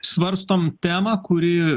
svarstom temą kuri